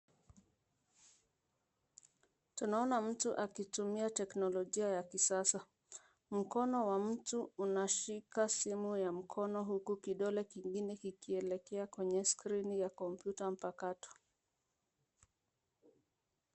Tunaona mtu akitumia teknolojia ya kisasa. Mkono ya mtu unashika simu ya mkono huku kidole kingine kikielekea kwenye skrini ya kompyuta mpakato.